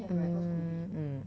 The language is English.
mm mm